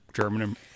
German